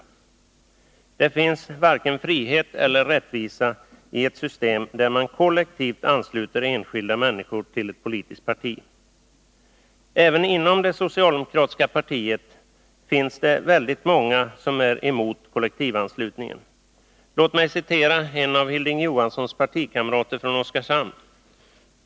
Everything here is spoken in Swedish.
Och det finns varken frihet eller rättvisa i ett system där man kollektivt ansluter enskilda människor till ett politiskt parti. Även inom det socialdemokratiska partiet finns det väldigt många som är emot kollektivanslutningen. Låt mig citera en av Hilding Johanssons partikamrater från Oskarshamn.